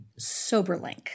Soberlink